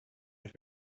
have